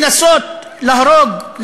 לנסות להרוג,